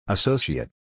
Associate